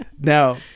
Now